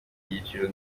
cyiciro